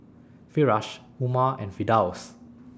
Firash Umar and Firdaus